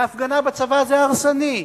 והפגנה בצבא זה הרסני,